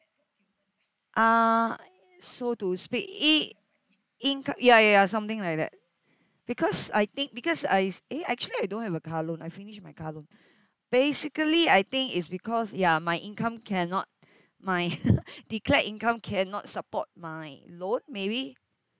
uh so to speak i~ inc~ ya ya ya something like that because I think because I s~ eh actually I don't have a car loan I finished my car loan basically I think is because ya my income cannot my declared income cannot support my loan maybe